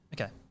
Okay